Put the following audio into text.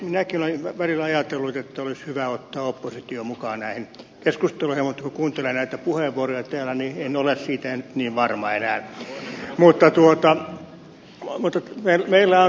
minäkin olen välillä ajatellut että olisi hyvä ottaa oppositio mukaan näihin keskusteluihin mutta kun kuuntelee näitä puheenvuoroja täällä niin en ole siitä nyt niin varma enää